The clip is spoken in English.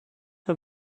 her